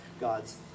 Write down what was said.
God's